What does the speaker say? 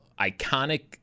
iconic